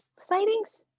sightings